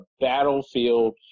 battlefield